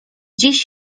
dziś